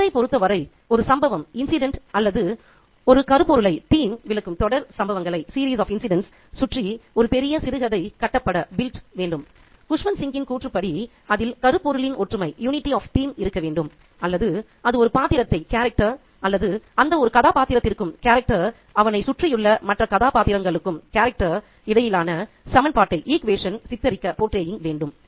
அவரைப் பொறுத்தவரை ஒரு சம்பவம் அல்லது ஒரு கருப்பொருளை விளக்கும் தொடர் சம்பவங்களைச் சுற்றி ஒரு பெரிய சிறுகதை கட்டப்பட வேண்டும்குஸ்வந்த் சிங்கின் கூற்றுப்படி அதில் கருப்பொருளின் ஒற்றுமை இருக்க வேண்டும் அல்லது அது ஒரு பாத்திரத்தை அல்லது அந்த ஒரு கதாபாத்திரத்திற்கும் அவனைச் சுற்றியுள்ள மற்ற கதாபாத்திரங்களுக்கும் இடையிலான சமன்பாட்டை சித்தரிக்க வேண்டும்